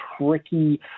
tricky